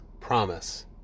promise